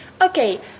Okay